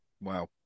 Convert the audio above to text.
Wow